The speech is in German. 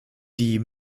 die